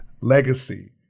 Legacy